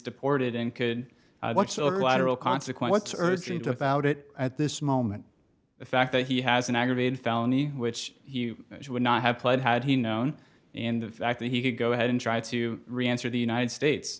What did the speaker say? deported and could what's the consequence urgent about it at this moment the fact that he has an aggravated felony which he would not have played had he known in the fact that he could go ahead and try to re answer the united states